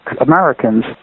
Americans